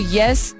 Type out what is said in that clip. yes